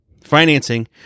Financing